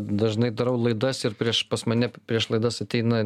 dažnai darau laidas ir prieš pas mane prieš laidas ateina